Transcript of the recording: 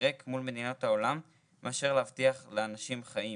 ריק מול מדינות העולם מאשר להבטיח לאנשים חיים.